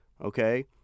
okay